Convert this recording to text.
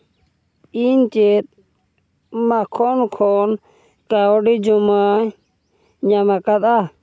ᱤᱧ ᱪᱮᱫ ᱢᱟᱠᱷᱚᱱ ᱠᱷᱚᱱ ᱠᱟᱹᱣᱰᱤ ᱡᱚᱢᱟᱧ ᱧᱟᱢ ᱟᱠᱟᱫᱟ